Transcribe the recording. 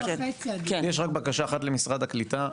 יש לי רק בקשה אחת ממשרד הקליטה,